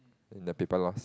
in the paper lose